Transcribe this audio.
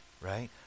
Right